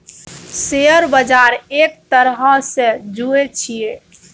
share बजार एक तरहसँ जुऐ छियै